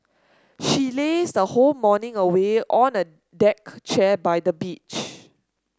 she lazed whole morning away on a deck chair by the beach